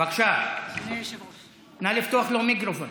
בבקשה, נא לפתוח לו מיקרופון.